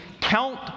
count